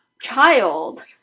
child